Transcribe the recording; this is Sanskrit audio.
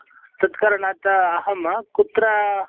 तत्कारणात् अहं कुत्र